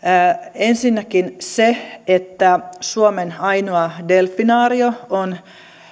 ensinnäkin se että suomen ainoa delfinaario on